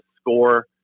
score